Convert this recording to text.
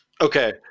Okay